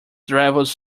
travels